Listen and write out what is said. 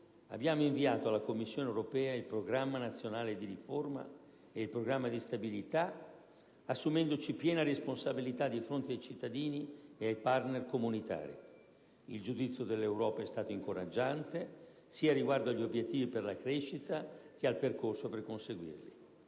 abbiamo inviato alla Commissione europea il Programma nazionale di riforma e il Programma di stabilità, assumendoci piena responsabilità di fronte ai cittadini e ai partner comunitari. Il giudizio dell'Europa è stato incoraggiante, sia riguardo agli obiettivi per la crescita che al percorso per conseguirli.